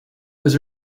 was